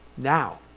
now